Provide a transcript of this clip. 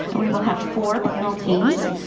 and we will have four panel teens.